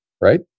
Right